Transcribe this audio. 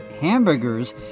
hamburgers